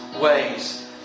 ways